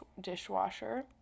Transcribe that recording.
dishwasher